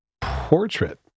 portrait